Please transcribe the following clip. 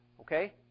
okay